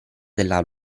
della